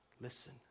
listen